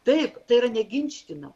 taip tai yra neginčytina